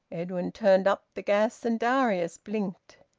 edwin turned up the gas, and darius blinked.